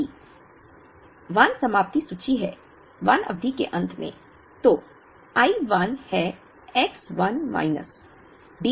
यदि I 1 समाप्ति सूची है 1 अवधि के अंत में तो I 1 है X 1 माइनस D 1 है